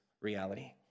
reality